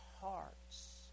hearts